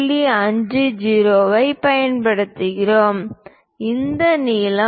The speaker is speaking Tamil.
50 ஐப் பயன்படுத்துகிறோம் இந்த நீளம் 2